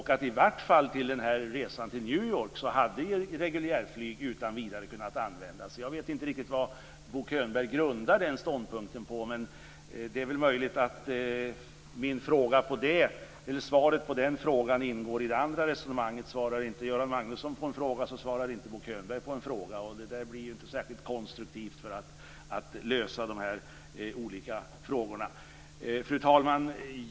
I varje fall hade reguljärflyg utan vidare kunnat användas vid resan till New York, så jag vet inte riktigt vad Bo Könberg grundar den ståndpunkten på. Det är möjligt att svaret på den frågan ingår i det andra resonemanget: svarar inte Göran Magnusson på en fråga, så svarar inte Bo Könberg på en fråga, och detta är ju inte ett särskilt konstruktivt sätt att lösa dessa olika frågorna. Fru talman!